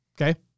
Okay